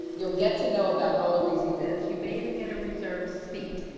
you'll get to know about all of these event. you may even get a reserved seat.